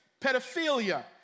pedophilia